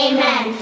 Amen